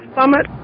Summit